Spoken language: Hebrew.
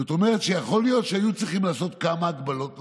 זאת אומרת שיכול להיות שהיו צריכים לעשות כמה הגבלות נוספות,